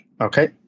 Okay